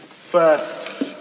First